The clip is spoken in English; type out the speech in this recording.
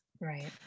Right